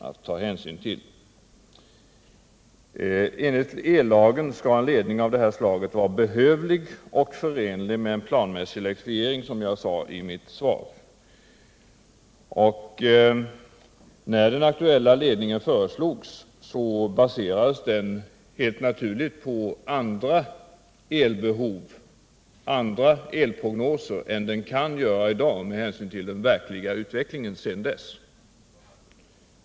Enligt ellagen skall, som jag sade i mitt svar, en ledning av det här slaget vara behövlig och förenlig med en planmässig elektrifiering. När den aktuella ledningen föreslogs, baserades den helt naturligt på andra elprognoser än de som kan bli aktuella i dag med tanke på den utveckling som skett.